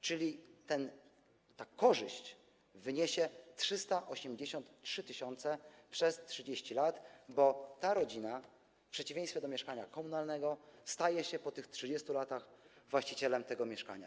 Czyli ta korzyść wyniesie 383 tys. zł przez 30 lat, bo ta rodzina w przeciwieństwie do rodziny w mieszkaniu komunalnym stanie się po tych 30 latach właścicielem tego mieszkania.